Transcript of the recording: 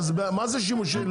אז מבקשים שאתן רק ליזם פרטני?